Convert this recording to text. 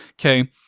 okay